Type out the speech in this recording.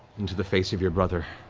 into the face of your brother,